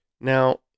Now